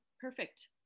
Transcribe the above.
perfect